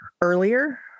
earlier